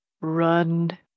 run